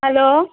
hello